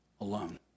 alone